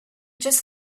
just